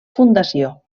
fundació